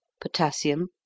potassium